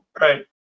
right